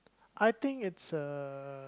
I think it's a